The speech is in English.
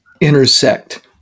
intersect